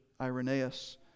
irenaeus